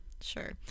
Sure